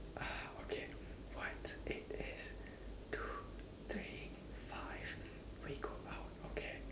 ah okay once it is two three five we go out okay